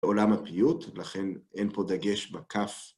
לעולם הפיוט, לכן אין פה דגש בקף.